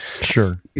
sure